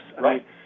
Right